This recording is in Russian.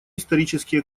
исторические